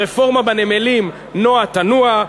הרפורמה בנמלים נוע תנוע,